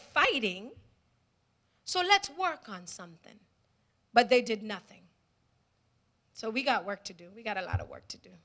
fighting so let's work on something but they did nothing so we got work to do we got a lot of work to do